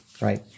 right